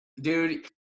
dude